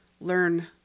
learn